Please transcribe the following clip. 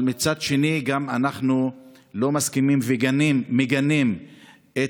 אבל מצד שני גם אנחנו לא מסכימים ומגנים את